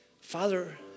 Father